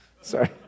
sorry